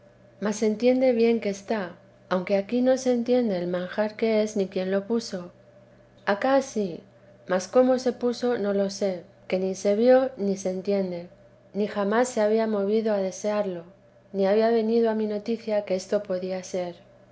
mas entiende bien que está aunque aquí no se entiende el manjar que es ni quién la puso acá sí mas cómo se puso no lo sé que ni se vio ni se entiende ni jamás se había movido a desearlo ni había venido a mi noticia que esto podía ser